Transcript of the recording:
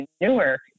Newark